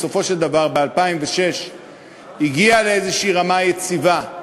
בסופו של דבר ב-2006 הגיע לרמה יציבה כלשהי,